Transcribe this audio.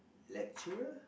lecturer